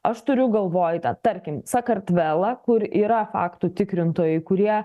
aš turiu galvoj ten tarkim sakartvelą kur yra faktų tikrintojai kurie